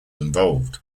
involved